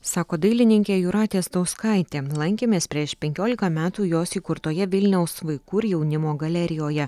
sako dailininkė jūratė stauskaitė lankėmės prieš penkiolika metų jos įkurtoje vilniaus vaikų ir jaunimo galerijoje